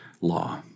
law